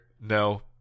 no